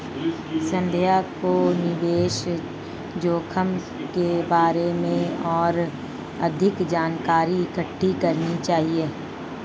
संध्या को निवेश जोखिम के बारे में और अधिक जानकारी इकट्ठी करनी चाहिए